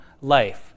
life